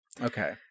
Okay